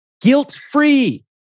Guilt-free